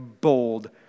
bold